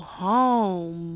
home